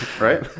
right